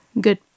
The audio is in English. good